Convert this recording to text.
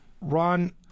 Ron